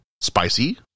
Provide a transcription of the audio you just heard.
spicy